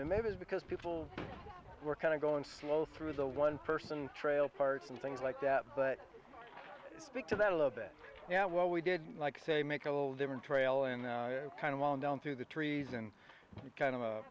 than maybe it's because people were kind of going slow through the one person trail parts and things like that but speak to that a little bit yeah well we did like say make a little different trail and kind of fallen down through the trees and kind of a